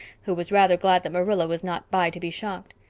who was rather glad that marilla was not by to be shocked.